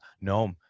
no